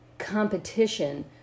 competition